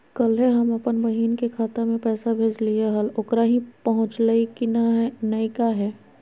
कल्हे हम अपन बहिन के खाता में पैसा भेजलिए हल, ओकरा ही पहुँचलई नई काहे?